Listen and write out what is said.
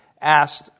asked